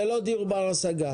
זה לא דיור בר השגה.